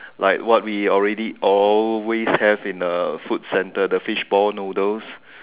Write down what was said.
like what we already always have in the food centre the fishball noodles